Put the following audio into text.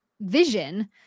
vision